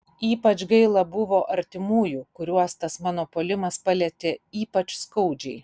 ypač gaila buvo artimųjų kuriuos tas mano puolimas palietė ypač skaudžiai